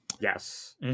yes